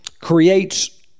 creates